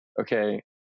okay